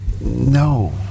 no